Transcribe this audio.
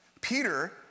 Peter